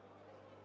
Дякую